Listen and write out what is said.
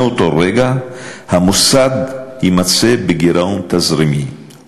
מאותו רגע המוסד יימצא בגירעון תזרימי,